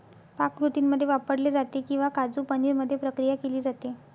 पाककृतींमध्ये वापरले जाते किंवा काजू पनीर मध्ये प्रक्रिया केली जाते